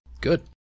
Good